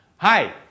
Hi